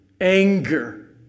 anger